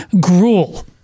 gruel